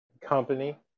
company